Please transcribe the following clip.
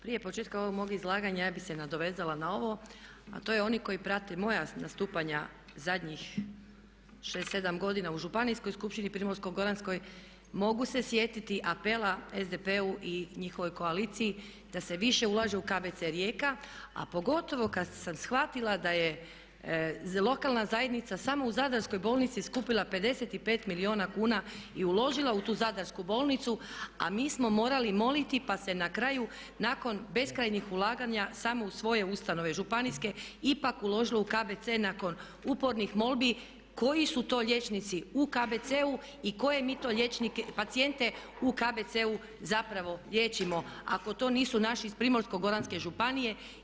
Prije početka ovog mog izlaganja ja bih se nadovezala na ovo a to je oni koji prate moja nastupanja zadnjih 6, 7 godina u županijskoj skupštini Primorsko-goranskoj mogu se sjetiti apela SDP-u i njihovoj koaliciji da se više ulaže u KBC Rijeka a pogotovo kada sam shvatila da je lokalna zajednica samo u Zadarskoj bolnici skupila 55 milijuna kuna i uložila u tu Zadarsku bolnicu a mi smo morali moliti pa se na kraju nakon beskrajnih ulaganja samo u svoje ustanove županijske ipak uložilo u KBC nakon upornih molbi, koji su to liječnici u KBC-u i koje mi to liječnike, pacijente u KBC-u zapravo liječimo ako to nisu naši iz Primorsko-goranske županije.